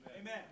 amen